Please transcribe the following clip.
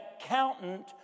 accountant